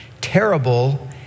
terrible